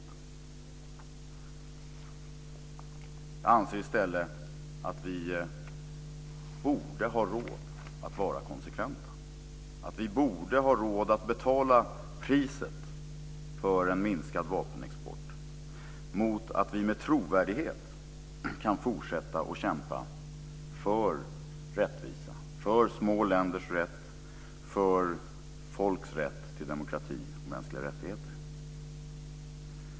Jag anser i stället att vi borde ha råd att vara konsekventa, att vi borde ha råd att betala priset för en minskad vapenexport mot att vi med trovärdighet kan fortsätta att kämpa för rättvisa, för små länders rätt, för folks rätt, till demokrati och mänskliga rättigheter.